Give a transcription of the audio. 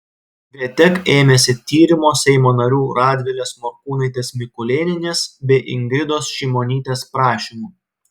vtek ėmėsi tyrimo seimo narių radvilės morkūnaitės mikulėnienės bei ingridos šimonytės prašymu